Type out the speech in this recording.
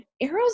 arrows